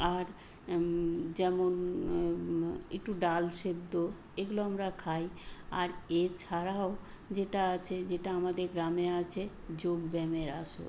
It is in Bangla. আর যেমন একটু ডাল সেদ্ধ এগুলো আমরা খাই আর এছাড়াও যেটা আছে যেটা আমাদের গ্রামে আছে যোগ ব্যায়ামের আসর